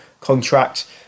contract